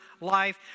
life